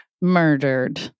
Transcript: Murdered